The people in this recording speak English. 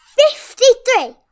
fifty-three